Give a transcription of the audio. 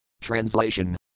Translation